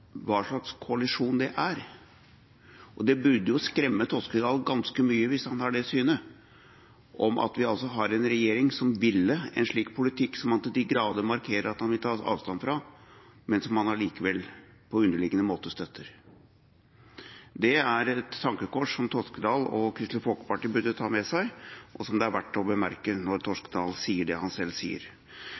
hva slags koalisjon det er. Det burde jo skremme Toskedal ganske mye hvis han har det synet at vi har en regjering som vil en politikk som han til de grader markerer at han vil ta avstand fra, men som han allikevel, på underliggende måte, støtter. Det er et tankekors som Toskedal og Kristelig Folkeparti burde ta med seg, og som det er verdt å bemerke når Toskedal sier det han selv sier.